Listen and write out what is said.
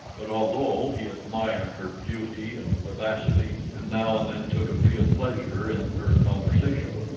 but although he admired her beauty and vivacity, and now and then took a real pleasure in her conversation,